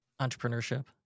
entrepreneurship